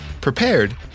prepared